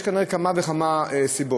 יש כנראה כמה וכמה סיבות,